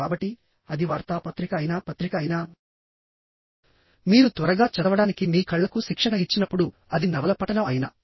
కాబట్టి అది వార్తాపత్రిక అయినా పత్రిక అయినా మీరు త్వరగా చదవడానికి మీ కళ్ళకు శిక్షణ ఇచ్చినప్పుడు అది నవల పఠనం అయినా